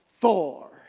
four